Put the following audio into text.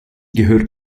gehört